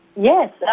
Yes